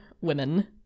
women